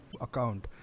account